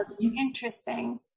interesting